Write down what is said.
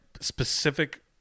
specific